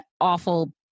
awful